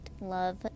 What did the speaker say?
love